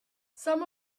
some